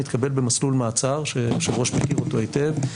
מתקבלת במסלול מעצר שהיושב-ראש מכיר אותו היטב,